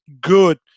good